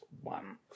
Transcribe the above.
one